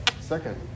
second